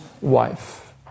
wife